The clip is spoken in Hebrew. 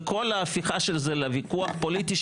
וכל ההפיכה של זה לוויכוח פוליטי,